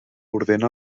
ordena